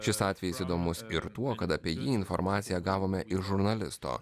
šis atvejis įdomus ir tuo kad apie jį informaciją gavome iš žurnalisto